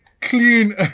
clean